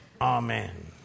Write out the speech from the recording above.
Amen